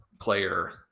player